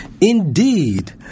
Indeed